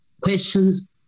questions